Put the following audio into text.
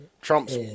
Trump's